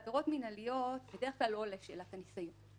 בעבירות מינהליות בדרך כלל לא עולה שאלת הניסיון.